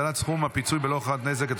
הגדלת סכום הפיצוי ללא הוכחת נזק),